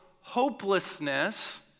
hopelessness